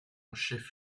chef